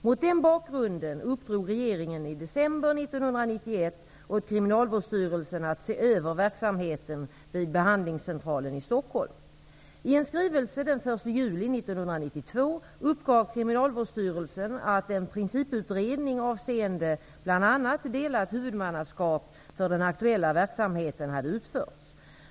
Mot den bakgrunden uppdrog regeringen i december 1991 åt Kriminalvårdsstyrelsen att se över verksamheten vid behandlingscentralen i Kriminalvårdsstyrelsen att en principutredning avseende bl.a. delat huvudmannaskap för den aktuella verksamheten hade utförts.